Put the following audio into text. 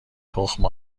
تخم